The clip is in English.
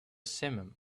simum